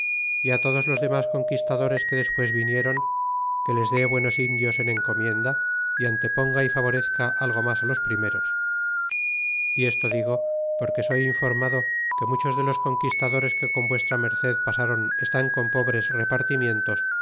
y todos los demas conquistadores que despues vinieron que les dé buenos indios en encomienda y anteponga y favorezca algo mas los primeros y esto digo porque soy informado que muchos de los conquistadores que con v merced pasron estan con pobres repartimientos